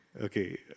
Okay